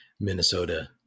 Minnesota